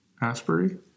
Asbury